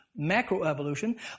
macroevolution